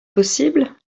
possible